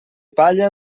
palla